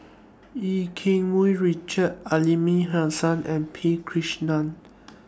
EU Keng Mun Richard Aliman Hassan and P Krishnan